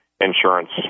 insurance